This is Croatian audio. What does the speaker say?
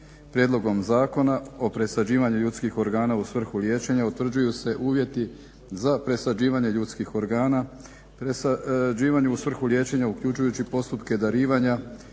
Prijedlogom zakona o presađivanju ljudskih organa u svrhu liječenja utvrđuju se uvjeti za presađivanje ljudskih organa, presađivanje u svrhu liječenja uključujući i postupke darivanja,